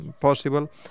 possible